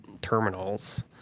terminals